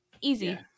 Easy